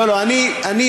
לא לא, אני יוצא,